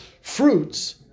Fruits